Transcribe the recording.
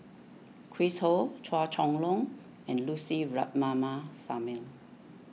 Chris Ho Chua Chong Long and Lucy Ratnammah Samuel